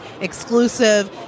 exclusive